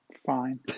fine